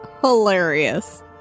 hilarious